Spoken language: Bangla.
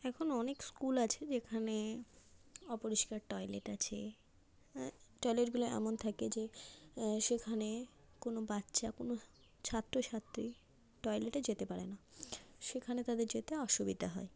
এখন অনেক স্কুল আছে যেখানে অপরিষ্কার টয়লেট আছে টয়লেটগুলো এমন থাকে যে সেখানে কোনো বাচ্চা কোনো ছাত্র ছাত্রী টয়লেটে যেতে পারে না সেখানে তাদের যেতে অসুবিধা হয়